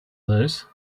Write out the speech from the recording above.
those